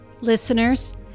Listeners